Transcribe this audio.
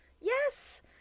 yes